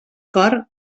cor